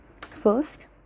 First